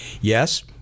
yes